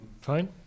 fine